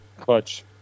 Clutch